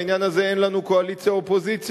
בעניין הזה אין אצלנו קואליציה אופוזיציה.